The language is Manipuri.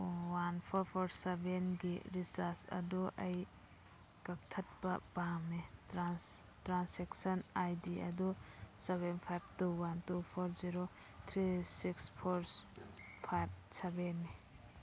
ꯋꯥꯟ ꯐꯣꯔ ꯐꯣꯔ ꯁꯕꯦꯟꯒꯤ ꯔꯤꯆꯥꯔꯖ ꯑꯗꯨ ꯑꯩ ꯀꯛꯊꯠꯄ ꯄꯥꯝꯃꯦ ꯇ꯭ꯔꯥꯟꯁꯣꯛꯁꯟ ꯑꯥꯏ ꯗꯤ ꯑꯗꯨ seven five two one two four zero three six four five ꯁꯕꯦꯟꯅꯤ